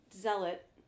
zealot